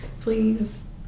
please